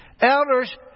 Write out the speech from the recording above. elders